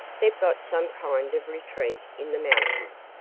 they've got some kind of retreat in the mountains,